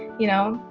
you know,